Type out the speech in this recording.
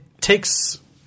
takes